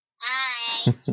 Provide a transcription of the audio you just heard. Hi